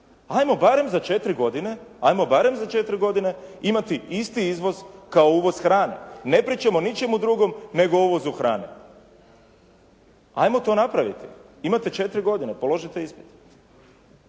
ajmo barem za 4 godine imati isti izvoz kao uvoz hrane. Ne pričamo o ničemu drugom nego o uvozu hrane. Ajmo to napraviti. Imate 4 godine. Položite ispit.